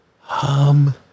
hum